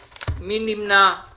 הצבעה פנייה 8013 אושרה